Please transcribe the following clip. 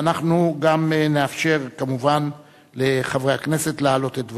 ואנחנו גם נאפשר כמובן לחברי הכנסת להעלות את דברם.